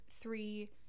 three